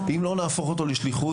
אם לא נהפוך אותו לשליחות,